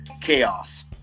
chaos